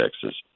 Texas